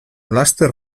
laster